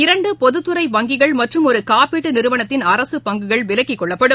இரண்டு பொதுத்துறை வங்கிகள் மற்றும் ஒரு காப்பீட்டு நிறுவனத்தின் அரசு பங்குகள் விலக்கிக் கொள்ளப்படும்